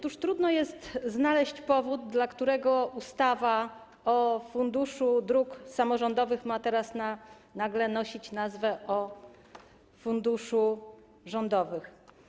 Trudno jest znaleźć powód, dla którego ustawa o Funduszu Dróg Samorządowych ma teraz nagle nosić nazwę: o funduszu dróg rządowych.